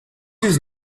his